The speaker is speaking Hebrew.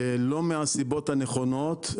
לא מהסיבות הנכונות,